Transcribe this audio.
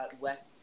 West